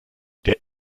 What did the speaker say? der